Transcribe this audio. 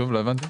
שוב, לא הבנתי.